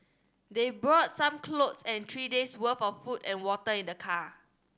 they brought some clothes and three days' worth of food and water in the car